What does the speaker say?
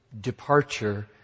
departure